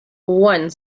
one